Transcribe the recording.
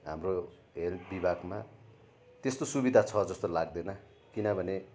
हाम्रो हेल्थ विभागमा त्यस्तो सुविधा छ जस्तो लाग्दैन किनभने